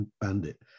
bandit